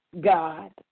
God